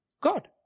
God